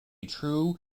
true